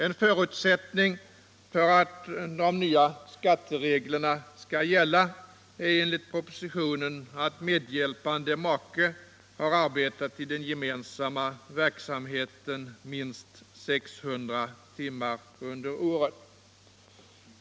En förutsättning för att de nya skattereglerna skall gälla är enligt propositionen att medhjälpande make har arbetat i den gemensamma verksamheten minst 600 timmar under året.